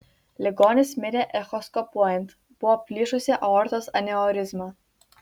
ligonis mirė echoskopuojant buvo plyšusi aortos aneurizma